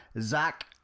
Zach